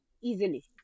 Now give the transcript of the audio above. Easily